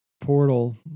Portal